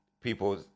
people